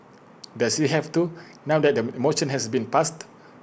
does he have to now that the motion has been passed